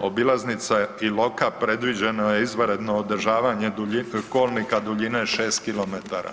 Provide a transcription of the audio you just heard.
obilaznice Iloka predviđeno je izvanredno održavanje kolnika duljine 6 km.